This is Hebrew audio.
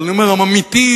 אבל אני אומר: הממעיטים,